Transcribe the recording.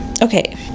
Okay